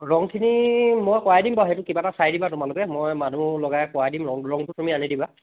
ৰংখিনি মই কৰাই দিম বাৰু সেইটো কিবা এটা চাই দিবা তোমালোকে মই মানুহ লগাই কৰাই দিম ৰং ৰংটো তুমি আনি দিবা